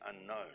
unknown